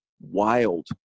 wild